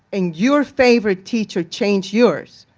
and your favorite teacher changed yours,